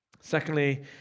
secondly